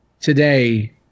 today